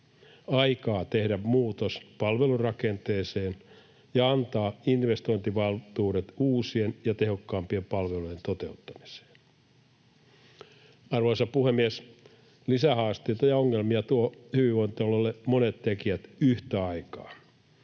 aikaa tehdä muutos palvelurakenteeseen ja antaa investointivaltuudet uusien ja tehokkaampien palvelujen toteuttamiseen. Arvoisa puhemies! Lisähaasteita ja ongelmia tuovat hyvinvointialueille monet tekijät yhtä aikaa.